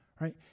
Right